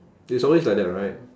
it's always like that right